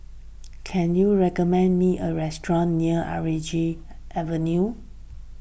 can you recommend me a restaurant near Avenue